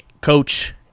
coach